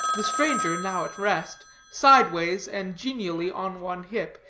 the stranger, now at rest, sideways and genially, on one hip,